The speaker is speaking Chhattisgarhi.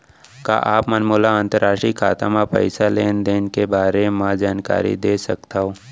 का आप मन मोला अंतरराष्ट्रीय खाता म पइसा लेन देन के बारे म जानकारी दे सकथव?